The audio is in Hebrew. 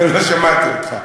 לא שמעתי אותך.